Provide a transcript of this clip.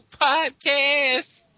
Podcast